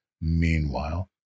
Meanwhile